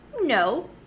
No